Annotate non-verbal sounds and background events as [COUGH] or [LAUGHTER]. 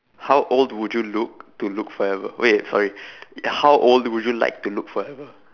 how old would you look to look forever wait sorry [BREATH] how old would you like to look forever [NOISE]